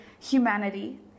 humanity